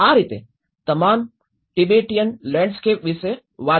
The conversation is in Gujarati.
આ રીતે તમામ તિબેટીયન લેન્ડસ્કેપ વિશે વાત કરે છે